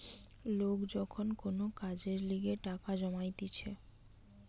লোক যখন কোন কাজের লিগে টাকা জমাইতিছে